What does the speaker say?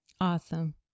Awesome